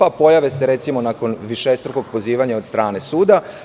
ili se pojave nakon višestrukog pozivanja od strane suda.